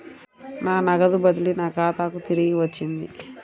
నా నగదు బదిలీ నా ఖాతాకు తిరిగి వచ్చింది